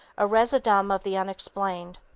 a residuum of the unexplained.